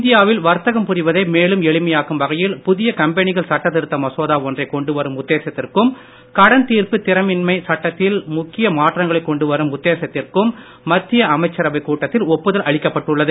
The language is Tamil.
இந்தியாவில் வர்த்தகம் புரிவதை மேலும் எளிமையாக்கும் வகையில் புதிய கம்பெனிகள் சட்ட திருத்த மசோதா ஒன்றை கொண்டு வரும் உத்தேசத்திற்கும் கடன் தீர்ப்பு திறமின்மை சட்டத்தில் முக்கிய மாற்றங்களை கொண்டு வரும் உத்தேசத்திற்கும் மத்திய அமைச்சரவைக் கூட்டத்தில் ஒப்புதல் அளிக்கப்பட்டது